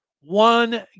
one